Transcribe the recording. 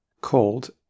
called